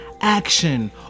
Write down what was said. action